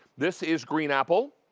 this is green apple.